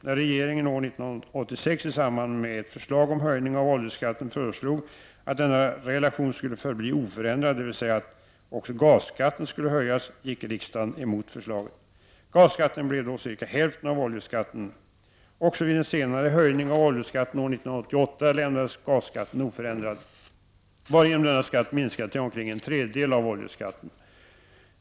När regeringen år 1986 i samband med ett förslag om höjning av oljeskatten föreslog att denna relation skulle förbli oförändrad, dvs. att också gasskatten skulle höjas, gick riksdagen emot förslaget. Gasskatten blev då cirka hälften av oljeskatten. Också vid en senare höjning av oljeskatten år 1988 lämnades gasskatten oförändrad, varigenom denna skatt minskade till omkring en tredjedel av oljeskatten.